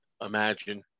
imagine